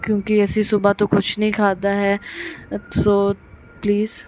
ਕਿਉਂਕਿ ਅਸੀਂ ਸਵੇਰੇ ਤੋਂ ਕੁਛ ਨਹੀਂ ਖਾਧਾ ਹੈ ਸੋ ਪਲੀਜ਼